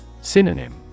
Synonym